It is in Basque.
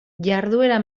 jarduera